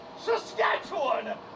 Saskatchewan